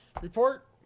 report